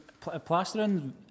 Plastering